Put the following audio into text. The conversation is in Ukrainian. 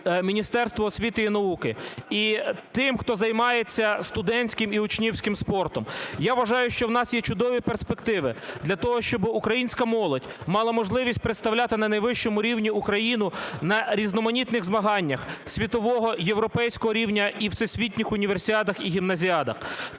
Міністерству освіти і науки і тим, хто займається студентським і учнівським спортом. Я вважаю, що в нас є чудові перспективи для того, щоби українська молодь мала можливість представляти на найвищому рівні Україну на різноманітних змаганнях світового, європейського рівня і всесвітніх універсіадах і гімназіадах.